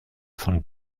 von